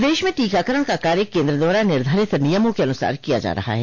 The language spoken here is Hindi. प्रदेश में टीकाकरण का कार्य केन्द्र द्वारा निर्धारित नियमों के अनुसार किया जा रहा है